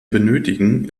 benötigen